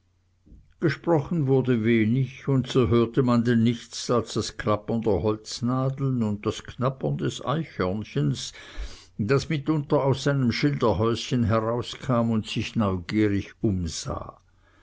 gesprochen wurde wenig und so hörte man denn nichts als das klappern der holznadeln und das knabbern des eichhörnchens das mitunter aus seinem schilderhäuschen herauskam und sich neugierig umsah